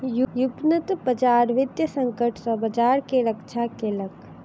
व्युत्पन्न बजार वित्तीय संकट सॅ बजार के रक्षा केलक